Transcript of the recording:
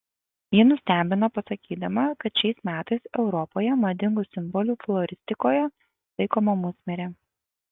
ji nustebino pasakydama kad šiais metais europoje madingu simboliu floristikoje laikoma musmirė